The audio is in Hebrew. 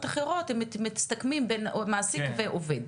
אחרות הם מסתכמים ביחסי מעסיק-עובד.